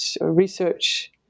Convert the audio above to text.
research